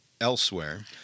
elsewhere